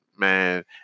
Man